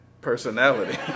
personality